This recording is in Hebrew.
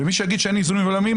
ומי שיגיד שאין איזונים ובלמים,